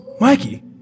Mikey